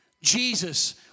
Jesus